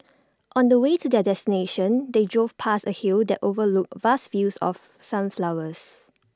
on the way to their destination they drove past A hill that overlooked vast fields of sunflowers